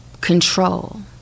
control